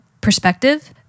perspective